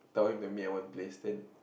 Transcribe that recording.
tell him to meet at one place then